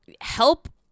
help